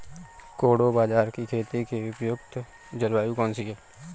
कोडो बाजरा की खेती के लिए उपयुक्त जलवायु कौन सी है?